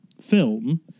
film